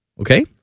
Okay